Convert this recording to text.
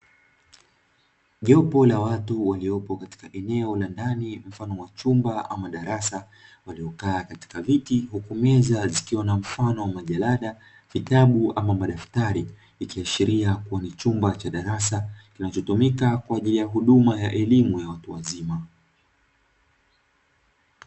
Kipo la watu Waliopo eneo mfano wa chumba ama darasa walio kaa katika viti, huku meza zikiwa katika mfano wa majarada au vitabu likiashilia kuwa ni chumba cha darasa linalo tumika kwa elimu ya watu wazima.